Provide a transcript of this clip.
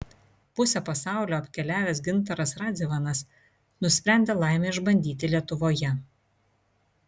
pusę pasaulio apkeliavęs gintaras radzivanas nusprendė laimę išbandyti lietuvoje